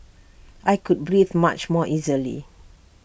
I could breathe much more easily